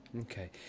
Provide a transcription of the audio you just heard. Okay